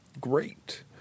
great